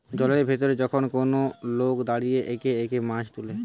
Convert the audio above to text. জলের ভিতরে যখন কোন লোক দাঁড়িয়ে একে একে মাছ তুলে